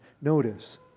Notice